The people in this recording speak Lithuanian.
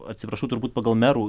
atsiprašau turbūt pagal merų